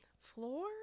floor